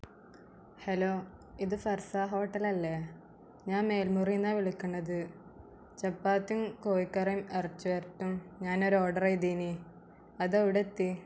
hello ഇത് Sarasa hotel അല്ലേ ഞാന് മേൽമുറിയിൽ നിന്നാണ് വിളിക്കുന്നത് ചപ്പാത്തി കോഴിക്കറിയും ഇറച്ചി വരട്ടും ഞാൻ ഒരു ഓഡ്റ് ചെയ്തീന് അത് എവിടെ എത്തി